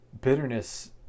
Bitterness